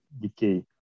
decay